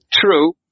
True